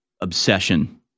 obsession